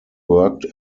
worked